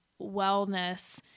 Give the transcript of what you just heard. wellness